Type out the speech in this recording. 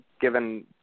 given